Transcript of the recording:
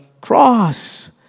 cross